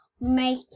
make